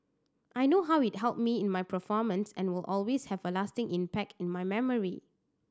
I know how it helped me in my performance and will always have a lasting impact in my memory